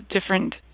different